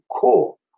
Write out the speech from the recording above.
cool